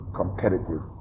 competitive